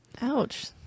Ouch